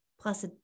Plus